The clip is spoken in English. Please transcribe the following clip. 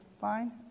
fine